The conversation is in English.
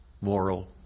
moral